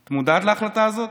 את מודעת להחלטה הזאת?